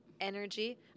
energy